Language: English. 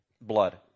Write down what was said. blood